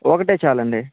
ఒకటే చాలండి